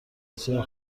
بسیار